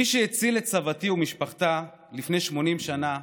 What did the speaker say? מי שהציל את סבתי ומשפחתה לפני 80 שנה,